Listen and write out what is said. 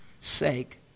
sake